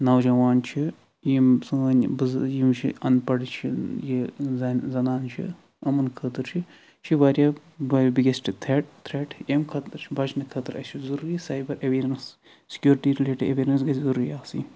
نوجوان چھِ یِم سٲنۍ یِم چھِ انٛپَڈ چھِ یہِ زنان چھِ یِمن خٲطرٕ چھُ یہِ چھُ واریاہ بِگیسٹ تھریٹ تھریٹ امہِ خٲطرٕ چھُ بچنہٕ خٲطرٕ اسہِ ضروری cyber awareness security related awareness گژھِ ضروری آسٕنۍ